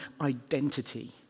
identity